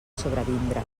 sobrevindre